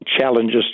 challenges